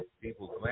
people